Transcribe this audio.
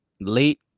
late